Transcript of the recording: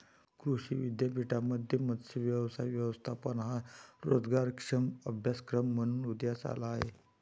कृषी विद्यापीठांमध्ये मत्स्य व्यवसाय व्यवस्थापन हा रोजगारक्षम अभ्यासक्रम म्हणून उदयास आला आहे